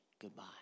goodbye